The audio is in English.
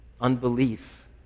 unbelief